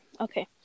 Okay